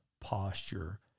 posture